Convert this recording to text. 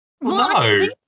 No